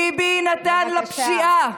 ביבי נתן לפשיעה,